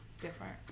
Different